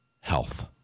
health